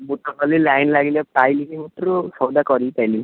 ମୁଁ ତ ଗଲି ଲାଇନ୍ ଲାଗିଲେ ପାଇଲି ଯେ ମୁଁ ସଉଦା କରିକି ପାଇଲି